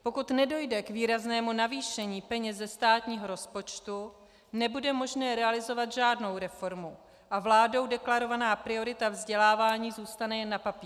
Pokud nedojde k výraznému navýšení peněz ze státního rozpočtu, nebude možné realizovat žádnou reformu a vládou deklarovaná priorita vzdělávání zůstane jen na papíře.